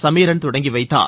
சமீரன் தொடங்கி வைத்தார்